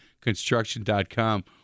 Construction.com